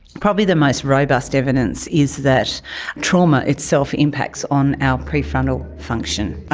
probably the most robust evidence is that trauma itself impacts on our prefrontal function.